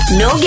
no